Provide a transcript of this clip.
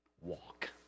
Walk